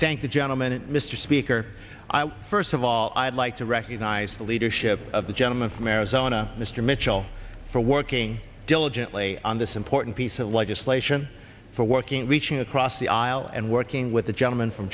thank the gentleman and mr speaker first of all i'd like to recognize the leadership of the gentleman from arizona mr mitchell for working diligently on this important piece of legislation for working reaching across the aisle and working with the gentleman from